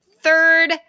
third